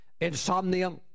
insomnia